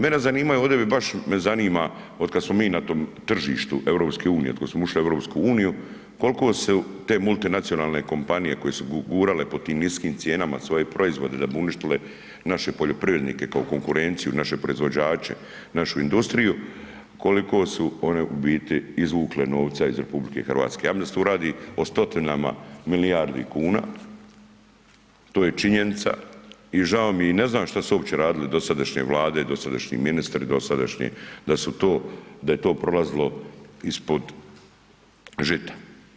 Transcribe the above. Mene zanimaju ovde, baš me zanima od kad smo mi na tom tržištu EU, od kad smo ušli u EU koliko su te multinacionalne kompanije koje su gurale pod tim niskim cijenama svoje proizvode da bi uništile naše poljoprivrednike kao konkurenciju, naše proizvođače, našu industriju, koliko su one u biti izvukle novca iz RH, ja mislim da se tu radi o stotinama milijardi kuna, to je činjenica i ne znam šta su uopće radili dosadašnje vlade i dosadašnji ministri, dosadašnji da su to, da je to prolazilo ispod žita.